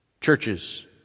churches